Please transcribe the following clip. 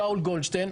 שאול גולדשטיין,